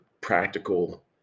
practical